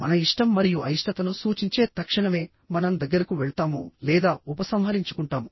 మన ఇష్టం మరియు అయిష్టతను సూచించే తక్షణమే మనం దగ్గరకు వెళ్తాము లేదా ఉపసంహరించుకుంటాము